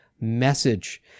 message